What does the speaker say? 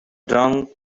drunk